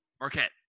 Marquette